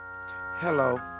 Hello